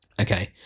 okay